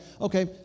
Okay